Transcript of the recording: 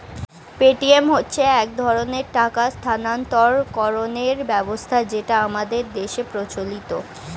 Paytm হচ্ছে এক ধরনের টাকা স্থানান্তরকরণের ব্যবস্থা যেটা আমাদের দেশের প্রচলিত